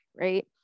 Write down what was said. right